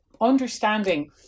understanding